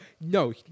no